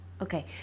Okay